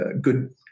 good